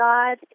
God